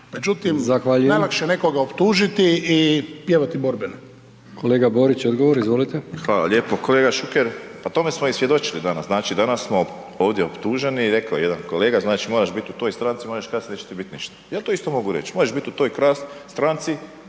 Međutim, najlakše je nekoga optužiti i pjevati borbene. **Brkić, Milijan (HDZ)** Zahvaljujem. Kolega Borić, odgovor, izvolite. **Borić, Josip (HDZ)** Hvala lijepo. Kolega Šuker, pa tome smo i svjedočili danas, znači danas smo ovdje optuženi, rekao je jedan kolega, znači moraš biti u toj stranci, moraš jer kasnije ti neće biti ništa. Ja to isto mogu reć, možeš biti u toj stranci,